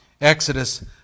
Exodus